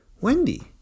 Wendy